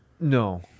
No